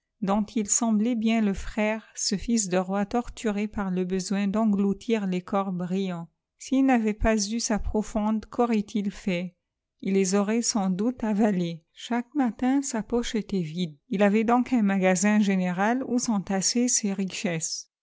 dont il semblait bien le frère ce fils de roi torturé par le besoin d'engloutir les corps brillants s'il n'avait pas eu sa profonde qu'aurait-il fait il les aurait sans doute avalés chaque matin sa poche était vide ii avait donc un magasin général où s'entassaient ses richesses